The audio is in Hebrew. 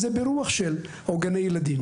או גני ילדים,